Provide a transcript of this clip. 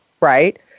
right